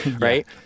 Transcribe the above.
right